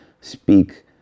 speak